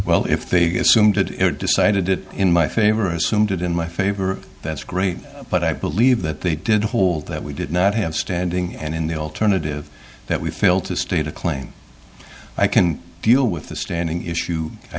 well if they get some did it decided it in my favor assumed it in my favor that's great but i believe that they did hold that we did not have standing and in the alternative that we fail to state a claim i can deal with the standing issue i